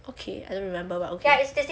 okay I remember what okay